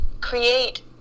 create